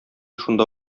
шунда